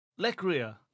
Lecria